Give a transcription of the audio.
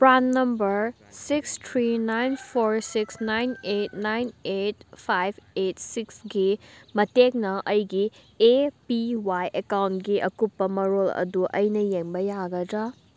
PRAN number six three nine four six nine eight nine eight five eight six ꯒꯤ ꯃꯇꯦꯡꯅ ꯑꯩꯒꯤ A P Y ꯑꯦꯀꯥꯎꯟꯒꯤ ꯑꯀꯨꯞꯄ ꯃꯔꯣꯜ ꯑꯗꯨ ꯑꯩꯅ ꯌꯦꯡꯕ ꯌꯥꯒꯗ꯭ꯔꯥ